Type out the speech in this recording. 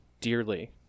dearly